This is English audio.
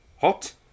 Hot